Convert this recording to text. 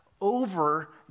over